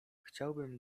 chciałbym